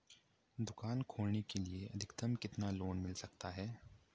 दुकान खोलने के लिए अधिकतम कितना लोन मिल सकता है?